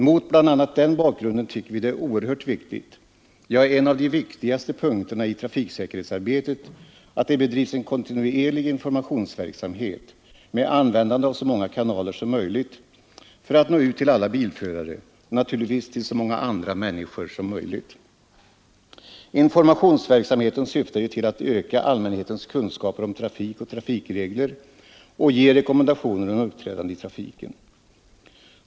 Mot bl.a. den bakgrunden tycker vi det är oerhört viktigt, ja, en av de viktigaste punkterna i trafiksäkerhetsarbetet, att det bedrivs en kontinuerlig informationsverksamhet, med användande av så många kanaler som möjligt, för att nå ut till alla bilförare och naturligtvis till så många andra människor som möjligt. Informationsverksamheten syftar ju till att öka allmänhetens kunskaper om trafik och trafikregler och ge rekommendationer om uppträdande i trafiken.